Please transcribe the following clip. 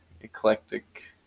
eclectic